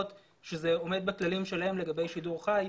שזה עומד בכללים שלהם לגבי שידור חי.